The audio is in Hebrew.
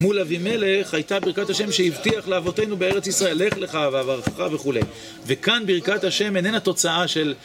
מול אבי מלך הייתה ברכת השם שהבטיח לאבותינו בארץ ישראל לך ואהבה וכולי וכאן ברכת השם איננה תוצאה של